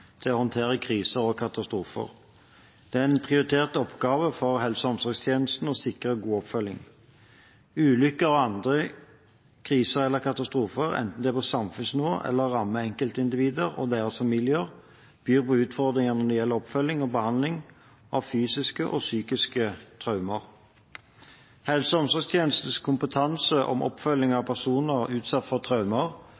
å håndtere kriser og katastrofer. Det er en prioritert oppgave for helse- og omsorgstjenesten å sikre god oppfølging. Ulykker og andre kriser eller katastrofer, enten det er på samfunnsnivå, eller det rammer enkeltindivider og deres familier, byr på utfordringer når det gjelder oppfølging og behandling av fysiske og psykiske traumer. Helse- og omsorgstjenestens kompetanse om oppfølging av personer utsatt for traumer